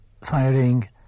firing